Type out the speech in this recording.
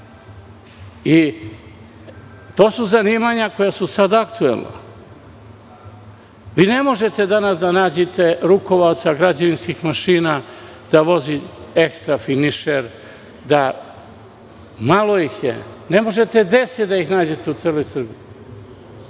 To su zanimanja koja su sada aktuelna. Danas ne možete da nađete rukovaoca građevinskih mašina da vozi ekstrafinišer. Malo ih je. Ne možete ni 10 da ih nađete u celoj Srbiji,